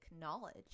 knowledge